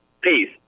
Peace